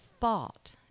thought